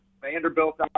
Vanderbilt